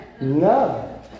No